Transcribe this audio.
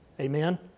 Amen